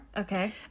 Okay